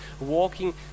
walking